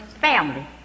family